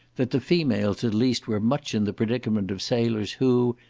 that the females at least were much in the predicament of sailors, who,